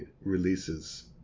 releases